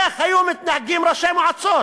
איך היו מתנהגים ראשי מועצות?